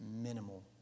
minimal